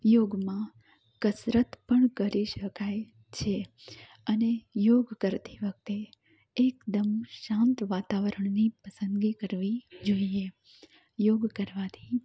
યોગમાં કસરત પણ કરી શકાય છે અને યોગ કરતી વખતે એકદમ શાંત વાતાવરણની પસંદગી કરવી જોઈએ યોગ કરવાથી